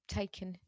taken